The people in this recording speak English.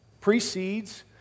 precedes